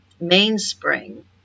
mainspring